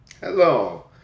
Hello